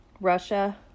Russia